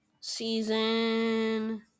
season